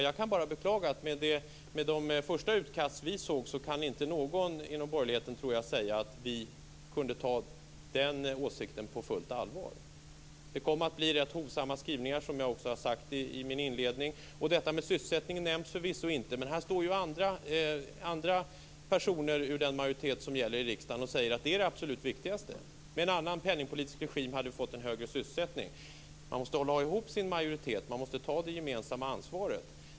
Jag kan bara beklaga att med de första utkast vi såg kan nog inte någon inom borgerligheten, tror jag, säga att vi kunde ta den åsikten på fullt allvar. Det kom att bli rätt hovsamma skrivningar, som jag också har sagt i min inledning, och detta med sysselsättningen nämns förvisso inte. Men här står ju andra personer ur den majoritet som gäller i riksdagen och säger att det är det absolut viktigaste; med en annan penningpolitisk regim hade vi fått en högre sysselsättning. Man måste hålla ihop sin majoritet. Man måste ta det gemensamma ansvaret.